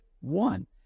one